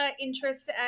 interests